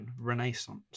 Renaissance